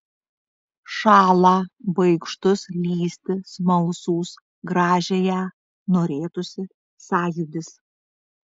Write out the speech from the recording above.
šąlą baikštus lįsti smalsūs gražiąją norėtųsi sąjūdis